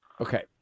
Okay